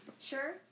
Sure